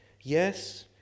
Yes